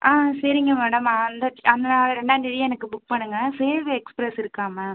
ஆ சரிங்க மேடம் அந்த அந்தல ரெண்டாம்தேதி எனக்கு புக் பண்ணுங்க சேவ் எக்ஸ்ப்ரஸ் இருக்கா மேம்